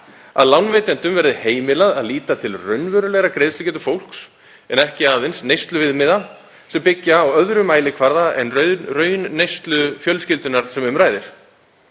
Að lánveitendum verði heimilað að líta til raunverulegrar greiðslugetu fólks en ekki aðeins neysluviðmiða sem byggja á öðrum mælikvarða en raunneyslu fjölskyldunnar sem um ræðir.